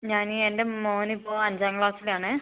ഞാൻ എൻ്റെ മോനിപ്പോൾ അഞ്ചാം ക്ലാസ്സിലാണ്